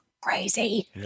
crazy